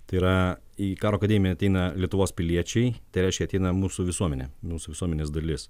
tai yra į karo akademiją ateina lietuvos piliečiai tai reiškia ateina mūsų visuomenė mūsų visuomenės dalis